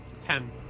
Ten